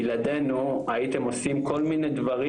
בלעדינו הייתם עושים וכל מיני דברים